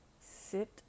sit